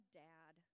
dad